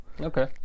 okay